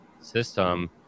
system